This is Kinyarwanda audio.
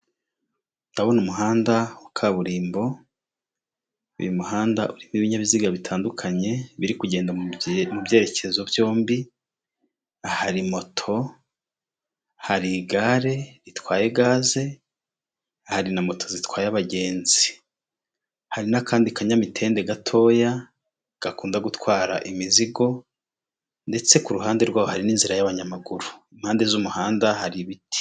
Umugabo wambaye umupira w'umuhondo ufite terefone mu kiganza, arimo aramamaza serivisi nshyashya za emutiyene (MTN) k'umugabo wambaye umupira w'umukara ufite igare ry'umuhondo mu ntoki.